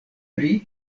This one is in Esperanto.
pri